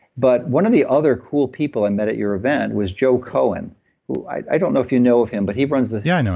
but one of the other cool people i met at your event was joe cohen, who i don't know if you know of him but he runs this yeah. i know